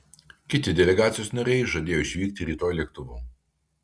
kiti delegacijos nariai žadėjo išvykti rytoj lėktuvu